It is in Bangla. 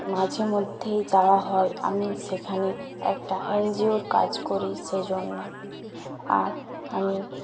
মাঝে মধ্যেই যাওয়া হয় আমি সেখানে একটা এনজিওর কাজ করি সেজন্য আর আমি